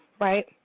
right